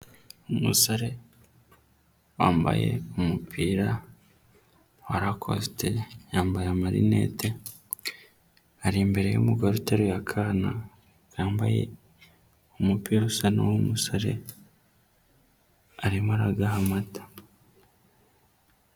Umusore wambaye umupira warakosite yambaye amarinete, ari imbere y'umugore uteruye akana kambaye umupira usa n'uwuwo musore arimo araragaha amata.